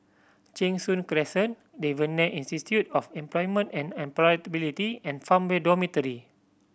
Cheng Soon Crescent Devan Nair Institute of Employment and Employability and Farmway Dormitory